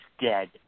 dead